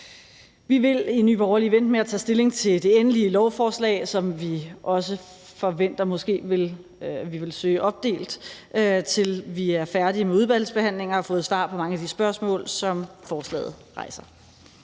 Vi vil i Nye Borgerlige vente med at tage stilling til det endelige lovforslag, som vi også forventer vi måske vil søge opdelt, til vi er færdige med udvalgsbehandlingen og har fået svar på mange af de spørgsmål, som forslaget rejser.